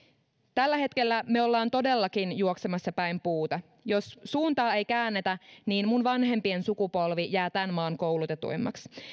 tällä hetkellä me olemme todellakin juoksemassa päin puuta jos suuntaa ei käännetä niin minun vanhempieni sukupolvi jää tämän maan koulutetuimmaksi